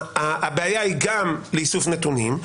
הבעיה היא גם באיסוף נתונים,